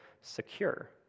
secure